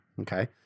Okay